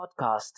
Podcast